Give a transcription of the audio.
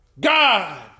God